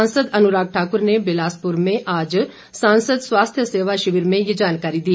सांसद अनुराग ठाकुर ने बिलासपुर में आज सांसद स्वास्थ्य सेवा शिविर में ये जानकारी दी